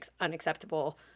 unacceptable